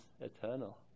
eternal